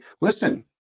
listen